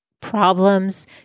problems